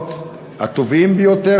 הפתרונות הטובים ביותר,